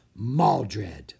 Maldred